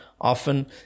often